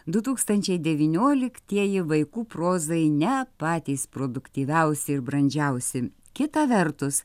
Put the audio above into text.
du tūkstančiai devynioliktieji vaikų prozai ne patys produktyviausi ir brandžiausi kita vertus